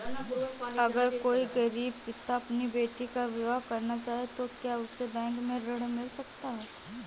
अगर कोई गरीब पिता अपनी बेटी का विवाह करना चाहे तो क्या उसे बैंक से ऋण मिल सकता है?